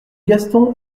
gaston